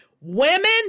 women